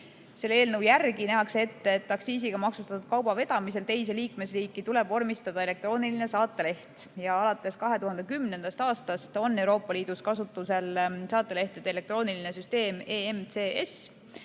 Selle eelnõu järgi nähakse ette, et aktsiisiga maksustatud kauba vedamisel teise liikmesriiki tuleb vormistada elektrooniline saateleht. Alates 2010. aastast on Euroopa Liidus kasutusel saatelehtede elektrooniline süsteem EMCS,